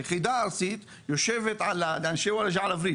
היחידה הארצית יושבת לאנשי וולאג'ה על הווריד,